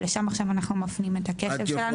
לשם עכשיו אנחנו מפנים את הכסף שלנו.